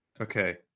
Okay